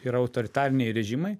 ir autoritariniai režimai